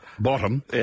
bottom